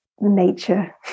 nature